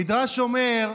המדרש אומר: